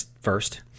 first